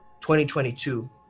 2022